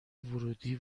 ورودی